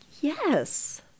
yes